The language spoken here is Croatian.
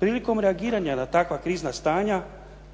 Prilikom reagiranja na takva krizna stanja,